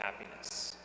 happiness